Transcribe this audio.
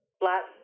flat